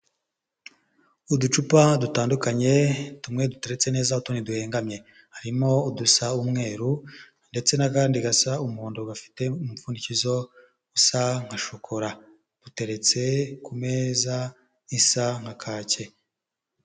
Uducupa dutandukanye tumwe duteretse neza utundi duhengamye, harimo udusa umweru ndetse n'akandi gasa umuhondo gafite umupfundikizo usa nka shokora uteretse ku meza isa nka kake.